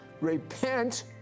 Repent